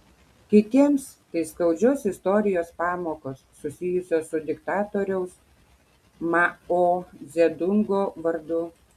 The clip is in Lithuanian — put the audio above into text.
kitiems tai skaudžios istorijos pamokos susijusios su diktatoriaus mao dzedungo vardu